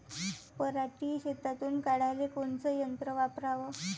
पराटी शेतातुन काढाले कोनचं यंत्र वापराव?